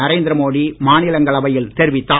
நரேந்திர மோடி மாநிலங்களவையில் தெரிவித்தார்